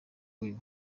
wiwe